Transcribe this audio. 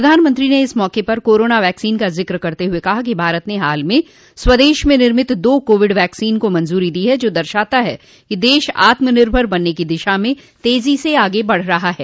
प्रधानमंत्रो ने इस मौके पर कोरोना वैक्सीन का जिक्र करते हुए कहा कि भारत ने हाल म स्वदेश में निर्मित दो कोविड वैक्सीन को मंजूरी दी है जो दर्शाता है कि देश आत्मनिर्भर बनने की दिशा में तेजी से आगे बढ़ रहा है